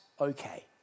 okay